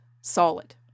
Solid